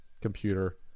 Computer